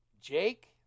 Jake